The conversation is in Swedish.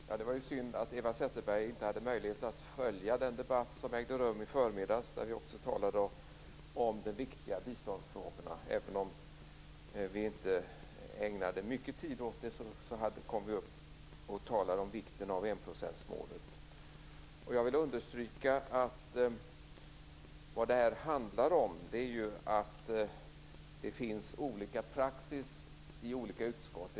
Fru talman! Det var synd att Eva Zetterberg inte hade möjlighet att följa den debatt som ägde rum i förmiddags. Då talade vi också om de viktiga biståndsfrågorna. Även om vi inte ägnade mycket tid åt dem så talade vi om vikten av enprocentsmålet. Jag vill understryka att detta handlar om att det finns olika praxis i olika utskott.